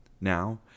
now